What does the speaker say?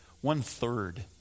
One-third